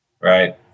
Right